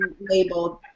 labeled